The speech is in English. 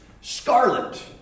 scarlet